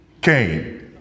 Cain